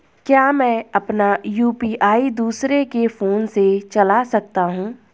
क्या मैं अपना यु.पी.आई दूसरे के फोन से चला सकता हूँ?